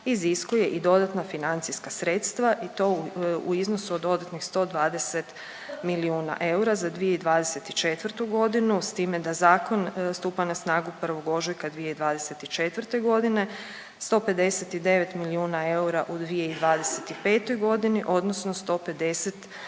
iziskuje i dodatna financijska sredstva i to u iznosu od dodatnih 120 milijuna eura za 2024.g. s time da zakon stupa na snagu 1. ožujka 2024.g., 159 milijuna eura u 2025.g. odnosno 150